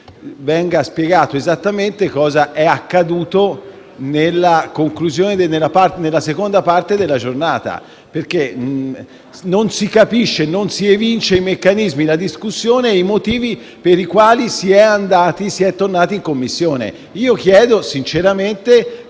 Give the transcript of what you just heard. venga spiegato esattamente cosa è accaduto nella seconda parte della giornata, perché non si capiscono i meccanismi, la discussione e i motivi per cui si è operato il rinvio in Commissione. Io chiedo, sinceramente,